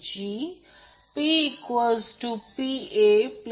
तर Vp Vp conjugate Vp2 2 असेल